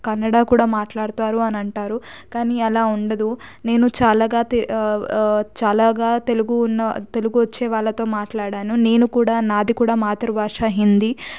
కన్నడ కూడా మాట్లాడతారు అని అంటారు కానీ అలా ఉండదు నేను చాలాగా చాలాగా తెలుగు ఉన్న తెలుగు వచ్చే వాళ్ళతో మాట్లాడాను నేను కూడా నాది కూడా మాతృభాషా హిందీ